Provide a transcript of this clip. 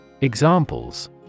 Examples